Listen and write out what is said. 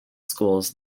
schools